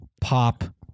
pop